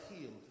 healed